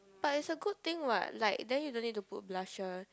but it's a good think what like then you don't need to put blusher